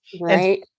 Right